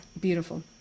beautiful